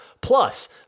Plus